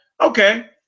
Okay